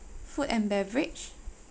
food and beverage